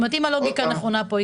אם הלוגיקה נכונה פה,